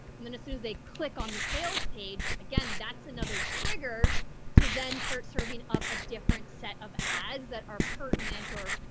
and then as soon as they click on the sales page again, that's another trigger to then start serving up a different set of ads that are pertinent or, ah,